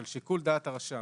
שיקול דעת הרשם